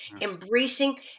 embracing